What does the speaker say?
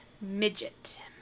Midget